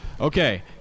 okay